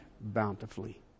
bountifully